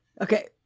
Okay